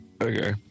Okay